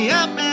up